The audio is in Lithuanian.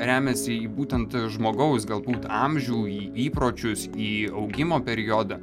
remiasi į būtent žmogaus galbūt amžių įpročius į augimo periodą